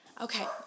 Okay